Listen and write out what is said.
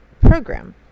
program